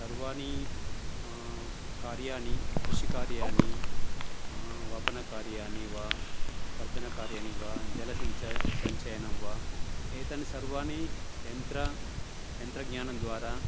सर्वाणि कार्याणि कृषिकार्याणि वपनकार्याणि वा वर्धनकार्याणि वा जलसिञ्च सञ्चयनं वा एतानि सर्वाणि यन्त्रं यन्त्रज्ञानं द्वारा